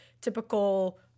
typical